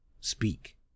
Speak